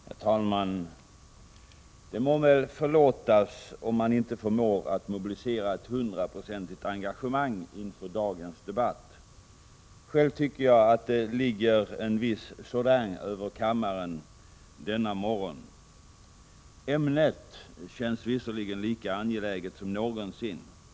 Herr talman! Det må väl förlåtas om man inte förmår att mobilisera ett hundraprocentigt engagemang inför dagens debatt. Själv tycker jag att det ligger en viss sordin över kammaren denna morgon. Ämnet känns visserligen lika angeläget som någonsin.